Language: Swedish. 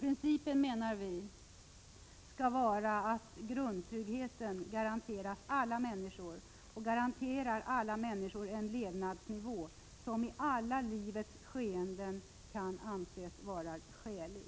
Principen, menar vi, skall vara att en grundtrygghet garanteras alla människor och garanterar alla människor en levnadsnivå som i alla livets skeden kan anses vara skälig.